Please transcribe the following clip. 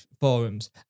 Forums